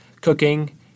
cooking